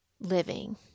living